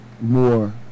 more